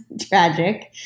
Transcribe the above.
tragic